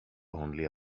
only